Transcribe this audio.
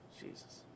Jesus